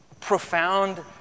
profound